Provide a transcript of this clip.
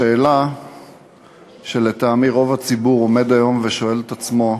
לשאלה שלטעמי רוב הציבור עומד היום ושואל את עצמו: